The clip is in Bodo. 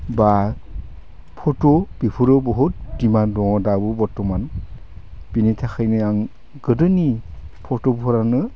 बा फट' बेफोरो बुहुद डिमान्ड दङ दाबो बर्थमान बिनि थाखायनो आं गोदोनि फट'फोरानो